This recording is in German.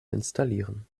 installieren